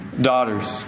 daughters